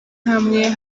hamwe